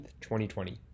2020